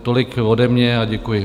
Tolik ode mě a děkuji.